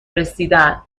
رسیدن